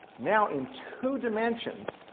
now, in two dimensions,